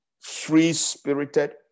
free-spirited